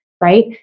right